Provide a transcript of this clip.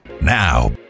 Now